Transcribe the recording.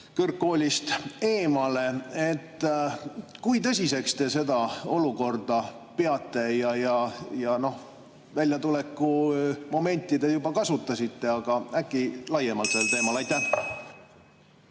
kõrgkoolist eemale. Kui tõsiseks te seda olukorda peate? Väljatuleku momenti te juba kasutasite, aga äkki laiemalt sel teemal? Aitäh!